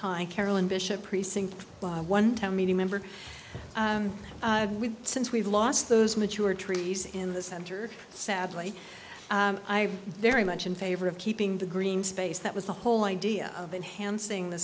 hi carolyn bishop precinct one town meeting member since we lost those mature trees in the center sadly i very much in favor of keeping the green space that was the whole idea of enhancing the